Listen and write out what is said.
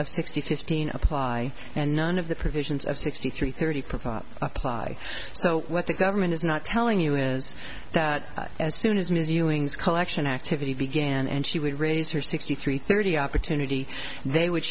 of sixty fifteen apply and none of the provisions of sixty three thirty provide apply so what the government is not telling you is that as soon as ms ewing's collection activity began and she would raise her sixty three thirty opportunity they would